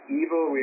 evil